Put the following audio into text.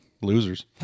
losers